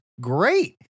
great